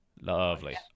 Lovely